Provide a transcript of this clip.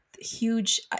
huge